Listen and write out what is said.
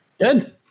Good